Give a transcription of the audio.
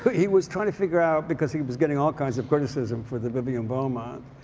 but he was trying to figure out because he was getting all kinds of criticism for the vivian beaumont